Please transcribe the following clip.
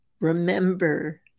remember